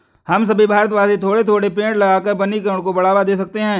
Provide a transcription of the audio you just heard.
हम सभी भारतवासी थोड़े थोड़े पेड़ लगाकर वनीकरण को बढ़ावा दे सकते हैं